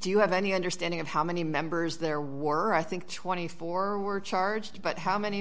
do you have any understanding of how many members there war i think twenty four were charged but how many